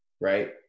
right